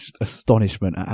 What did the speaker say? astonishment